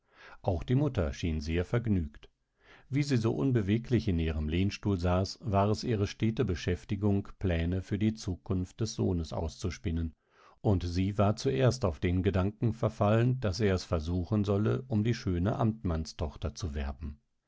auch die mutter schien sehr vergnügt wie sie so unbeweglich in ihrem lehnstuhl saß war es ihre stete beschäftigung pläne für die zukunft des sohnes auszuspinnen und sie war zuerst auf den gedanken verfallen daß er es versuchen solle um die schöne amtmannstochter zu werben